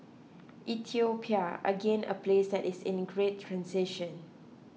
Ethiopia again a place that is in great transition